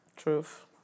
truth